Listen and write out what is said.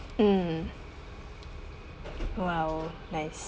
mm !wow! nice